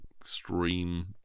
Extreme